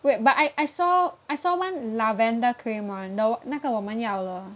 wait but I I saw I saw one lavender cream [one] the 那个我们要的